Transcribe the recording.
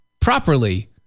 properly